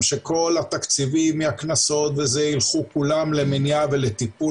שכל התקציבים מהקנסות וזה ילכו כולם למניעה ולטיפול,